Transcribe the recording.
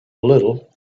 little